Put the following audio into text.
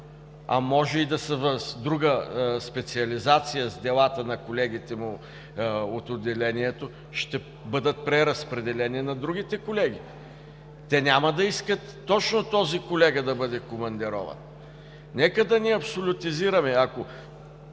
а може да са и в друга специализация с делата на колегите му от отделението ще бъдат преразпределени на другите колеги. Те няма да искат точно този колега да бъде командирован. Нека да не абсолютизираме, ако